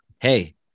Hey